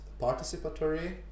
participatory